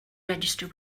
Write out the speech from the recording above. register